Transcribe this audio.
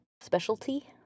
specialty